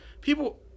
People